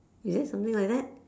is it something like that